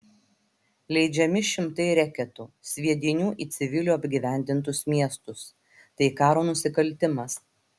leidžiami šimtai reketų sviedinių į civilių apgyvendintus miestus tai karo nusikaltimas